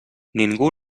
ningú